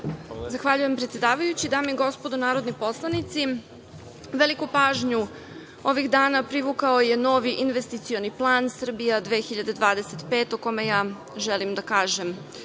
Zahvaljujem, predsedavajući. Dame i gospodo narodni poslanici, veliku pažnju ovih dana privukao je novi Investicioni plan „Srbija 2025“ o kome ja želim da kažem